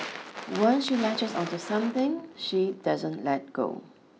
once she latches onto something she doesn't let go